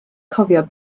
cofio